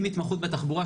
עם התמחות בתחבורה,